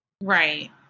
Right